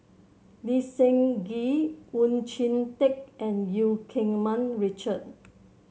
Lee Seng Gee Oon Jin Teik and Eu Keng Mun Richard